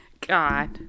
God